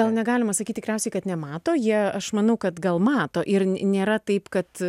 negalima sakyti tikriausiai kad nemato jie aš manau kad gal mato ir nėra taip kad